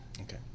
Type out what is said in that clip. okay